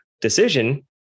decision